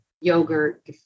yogurt